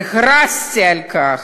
והכרזתי על כך.